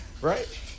right